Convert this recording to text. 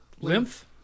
Lymph